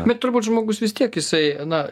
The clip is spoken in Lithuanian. bet turbūt žmogus vis tiek jisai na